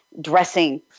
dressing